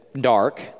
dark